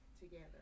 together